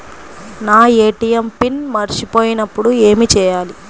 నా ATM pin మరచిపోయినప్పుడు ఏమి చేయాలి?